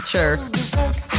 Sure